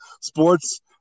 sports